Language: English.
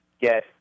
get